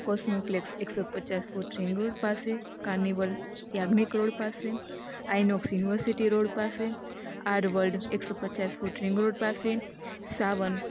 Cosmoplex એક સો પચાસ ફૂટ રિંગ રો પાસે કાર્નિવલ યાજ્ઞિક રોડ પાસે આઈનોક્સ યુનવર્સિટી રોડ પાસે આર વર્લ્ડ એક સો પચાસ ફૂટ રિંગ રોડ પાસે સાવન